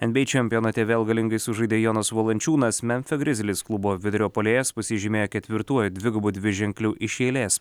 nba čempionate vėl galingai sužaidė jonas valančiūnas memfio grizzlies klubo vidurio puolėjas pasižymėjo ketvirtuoju dvigubu dviženkliu iš eilės